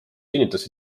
kinnitas